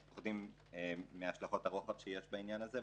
אנחנו חוששים מהשלכות הרוחב שיש לעניין הזה.